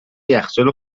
یخچال